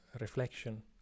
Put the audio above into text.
reflection